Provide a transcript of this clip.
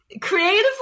creatively